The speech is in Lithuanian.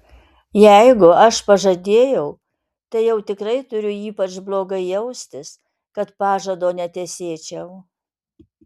jeigu aš pažadėjau tai jau tikrai turiu ypač blogai jaustis kad pažado netesėčiau